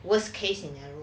worst case